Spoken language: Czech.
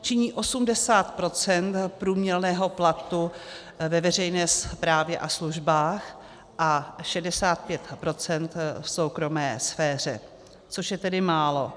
činí 80 % průměrného platu ve veřejné správě a službách a 65 % v soukromé sféře, což je tedy málo.